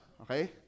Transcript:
Okay